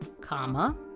comma